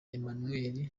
emmanuel